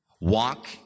walk